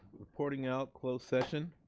reporting out, closed session.